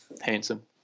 Handsome